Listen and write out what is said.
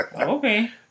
Okay